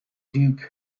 duke